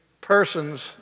persons